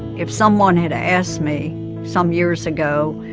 if someone had ah asked me some years ago,